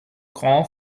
grand